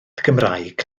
gymraeg